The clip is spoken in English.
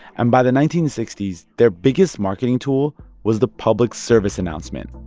and by the nineteen sixty their biggest marketing tool was the public service announcement,